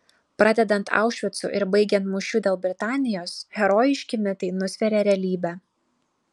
pradedant aušvicu ir baigiant mūšiu dėl britanijos herojiški mitai nusveria realybę